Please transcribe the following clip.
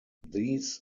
these